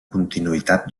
continuïtat